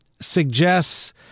suggests